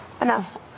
enough